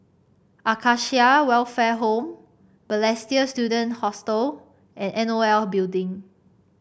Acacia Welfare Home Balestier Student Hostel and N O L Building